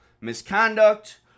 misconduct